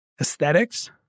aesthetics